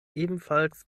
ebenfalls